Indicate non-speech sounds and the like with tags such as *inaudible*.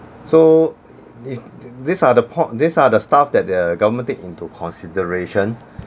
so *noise* these are the point these are the stuffs that the government takes into consideration